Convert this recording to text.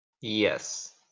Yes